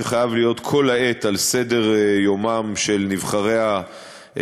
שחייב להיות כל העת על סדר-יומם של נבחרי הציבור,